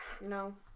No